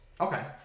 Okay